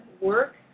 work